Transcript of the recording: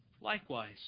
Likewise